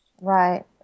right